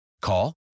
Call